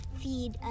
feed